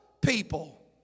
people